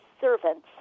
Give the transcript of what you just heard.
servants